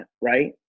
right